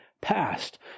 passed